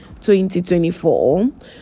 2024